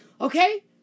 Okay